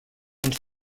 uns